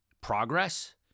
progress